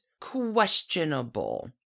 questionable